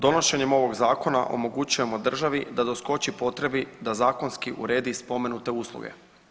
Donošenjem ovog zakona omogućujemo državi da doskoči potrebi da zakonski uredi spomenute usluge.